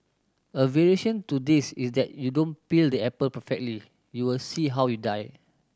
a variation to this is that you don't peel the apple perfectly you will see how you die